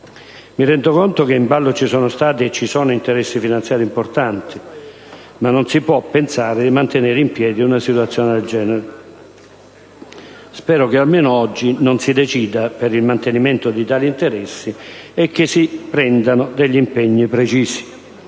Mi rendo conto che in ballo ci sono stati e ci sono interessi finanziari importanti, ma non si può pensare di mantenere in piedi una situazione del genere. Spero che almeno oggi non si decida per il mantenimento di tali interessi e che si prendano degli impegni precisi.